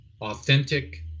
authentic